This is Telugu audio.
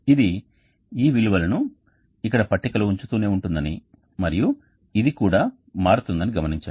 ఇది ఈ విలువలను ఇక్కడ పట్టికలో ఉంచుతూనే ఉంటుందని మరియు ఇది కూడా మారుతుందని గమనించండి